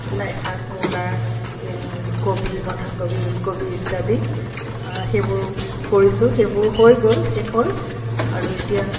লাইশাক মূলা কবি বন্ধাকবি ওলকবি ইত্যাদি সেইবোৰো কৰিছোঁ সেইবোৰ হৈ গ'ল শেষ হ'ল আৰু এতিয়া